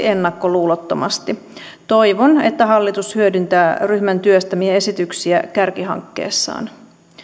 ennakkoluulottomasti toivon että hallitus hyödyntää ryhmän työstämiä esityksiä kärkihankkeessaan